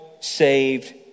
saved